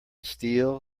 steel